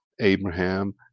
Abraham